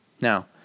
Now